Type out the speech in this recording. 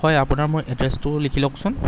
হয় আপোনাৰ মোৰ এড্ৰেছটো লিখি লওকচোন